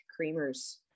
creamers